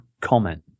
comment